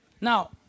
Now